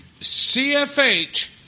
CFH